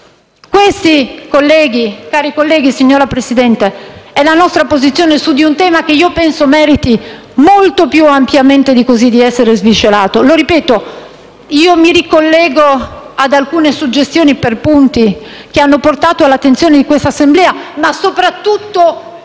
Questa, onorevoli colleghi, signor Presidente, è la nostra posizione su di un tema che penso meriti, molto più ampiamente di così, di essere sviscerato. Lo ripeto, mi ricollego ad alcune suggestioni per punti che sono state portate all'attenzione di quest'Assemblea, ma soprattutto